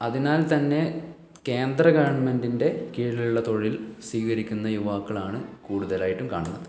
അതിനാൽത്തന്നെ കേന്ദ്രഗവണ്മെൻ്റിൻ്റെ കീഴിലുള്ള തൊഴിൽ സ്വീകരിക്കുന്ന യുവാക്കളാണ് കൂടുതലായിട്ടും കാണുന്നത്